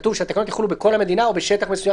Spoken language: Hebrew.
כתוב שהתוכניות יחולו בכל המדינה או בשטח מסוים